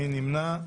מי נמנע?